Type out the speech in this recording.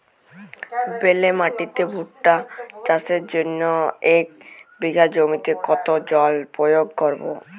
বেলে মাটিতে ভুট্টা চাষের জন্য এক বিঘা জমিতে কতো জল প্রয়োগ করব?